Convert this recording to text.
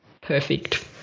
perfect